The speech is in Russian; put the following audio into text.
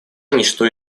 ничто